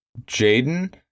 Jaden